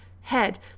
head